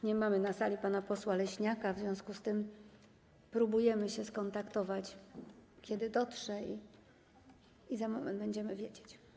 Nie mamy na sali pana posła Leśniaka, w związku z tym spróbujemy się z nim skontaktować, dowiedzieć, kiedy dotrze, i za moment będziemy wiedzieć.